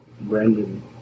Brandon